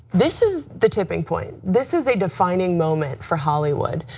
this is the tipping point, this is a defining moment for hollywood,